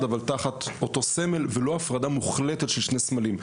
תחת אותו סמל ולא הפרדה מוחלטת של שני סמלים.